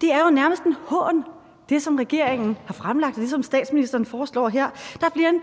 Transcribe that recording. forsørge sig selv.« Det, som regeringen har fremlagt, og det, som statsministeren foreslår her, er jo nærmest en hån. Der